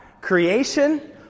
creation